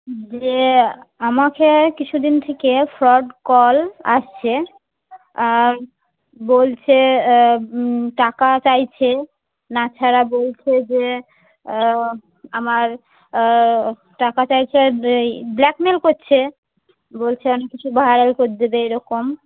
যে আমাকে কিছুদিন থেকে ফ্রড কল আসছে আর বলছে টাকা চাইছে না ছাড়া বলছে যে আমার টাকা চাইছে আর ব্ল্যাকমেল করছে বলছে আমি কিছু ভাইরাল করে দেবে এরকম